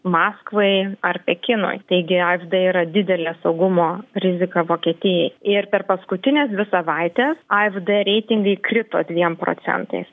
maskvai ar pekinui taigi afd yra didelė saugumo rizika vokietijai ir per paskutines dvi savaites afd reitingai krito dviem procentais